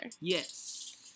Yes